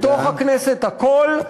בתוך הכנסת הכול,